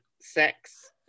sex